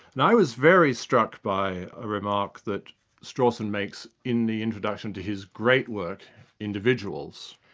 and i was very struck by a remark that strawson makes in the introduction to his great work individuals,